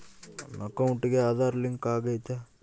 ನನ್ನ ಅಕೌಂಟಿಗೆ ಆಧಾರ್ ಲಿಂಕ್ ಆಗೈತಾ?